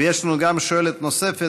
ויש לנו גם שואלת נוספת,